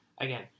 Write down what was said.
again